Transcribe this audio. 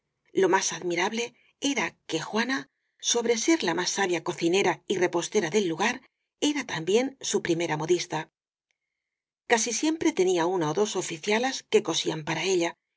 lo más admirable lo más ad mirable era que juana sobre ser la más sabia co cinera y repostera del lugar era también su prime ra modista casi siempre tenía una ó dos oficialas que co sían para ella